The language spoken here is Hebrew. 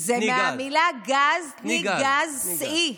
גזגזי זה מהמילה גז, תני גז, סעי.